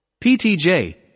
PTJ